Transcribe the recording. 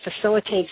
facilitates